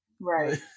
Right